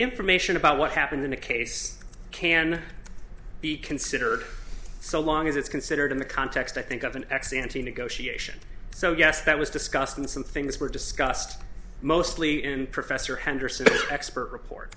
information about what happened in a case can be considered so long as it's considered in the context i think of an ex ante negotiation so yes that was discussed and some things were discussed mostly in professor henderson expert report